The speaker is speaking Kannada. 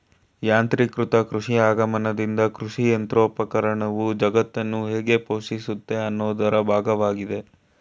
ಯಾಂತ್ರೀಕೃತ ಕೃಷಿ ಆಗಮನ್ದಿಂದ ಕೃಷಿಯಂತ್ರೋಪಕರಣವು ಜಗತ್ತನ್ನು ಹೇಗೆ ಪೋಷಿಸುತ್ತೆ ಅನ್ನೋದ್ರ ಭಾಗ್ವಾಗಿದೆ